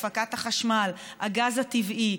הפקת החשמל, הגז הטבעי.